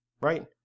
right